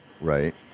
right